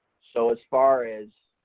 so as far as,